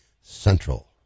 Central